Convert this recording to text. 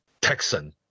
Texan